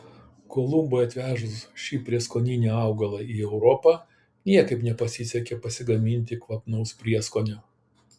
kolumbui atvežus šį prieskoninį augalą į europą niekaip nepasisekė pasigaminti kvapnaus prieskonio